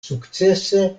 sukcese